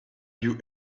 you